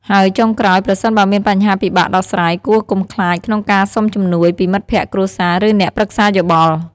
ហើយចុងក្រោយ ប្រសិនបើមានបញ្ហាពិបាកដោះស្រាយ គួរ កុំខ្លាចក្នុងការសុំជំនួយ ពីមិត្តភក្តិ គ្រួសារ ឬអ្នកប្រឹក្សាយោបល់។